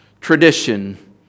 tradition